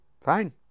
Fine